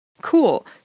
cool